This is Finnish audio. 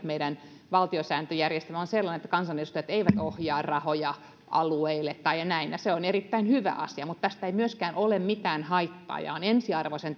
meidän valtiosääntöjärjestelmämme on sellainen että kansanedustajat eivät ohjaa rahoja alueille tai näin se on erittäin hyvä asia mutta tästä ei myöskään ole mitään haittaa ja on ensiarvoisen